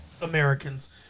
Americans